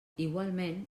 igualment